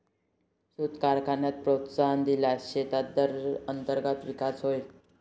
सूत कारखान्यांना प्रोत्साहन दिल्यास देशात अंतर्गत विकास होईल